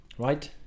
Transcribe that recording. right